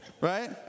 right